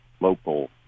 local